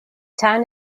town